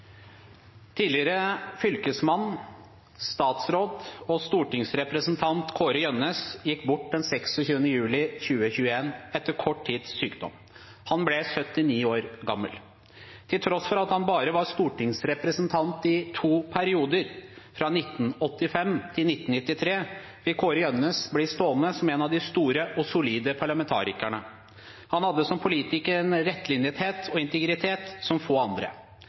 Tidligere fylkesmann, statsråd og stortingsrepresentant Kåre Gjønnes gikk bort den 26. juli 2021 etter kort tids sykdom. Han ble 79 år gammel. Til tross for at han bare var stortingsrepresentant i to perioder, fra 1985 til 1993, vil Kåre Gjønnes bli stående som en av de store og solide parlamentarikerne. Han hadde som politiker en rettlinjethet og integritet som få andre.